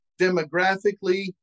demographically